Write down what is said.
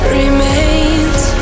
remains